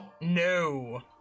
No